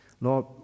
Lord